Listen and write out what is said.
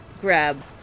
grab